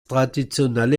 traditionelle